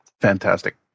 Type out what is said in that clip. Fantastic